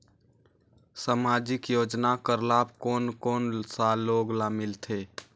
समाजिक योजना कर लाभ कोन कोन सा लोग ला मिलथे?